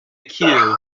queue